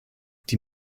die